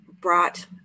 brought